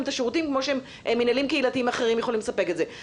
את השירותים כמו שמינהלים קהילתיים אחרים יכולים לספק את זה,